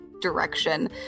direction